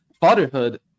fatherhood